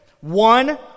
one